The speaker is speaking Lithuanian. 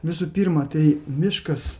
visų pirma tai miškas